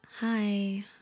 Hi